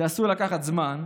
זה עשוי לקחת זמן,